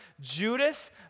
Judas